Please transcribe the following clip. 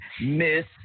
miss